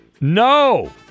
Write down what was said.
No